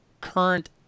current